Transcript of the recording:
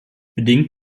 bedingt